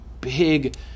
big